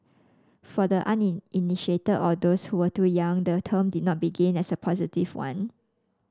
for the uninitiated or those who were too young the term did not begin as a positive one